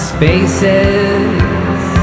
Spaces